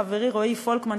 חברי רועי פולקמן,